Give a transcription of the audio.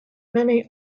many